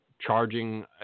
charging